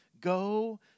Go